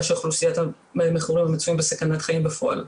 של אוכלוסיית המכורים או המצויים בסכנת חיים בפועל.